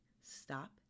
Stop